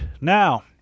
Now